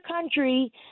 country